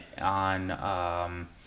on